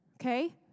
Okay